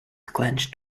clenched